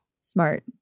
Smart